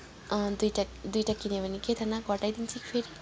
दुईवटा दुईवटा किन्यो भने के थाहा ना घटाइ दिन्छ कि फेरि